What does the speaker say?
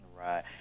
Right